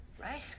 right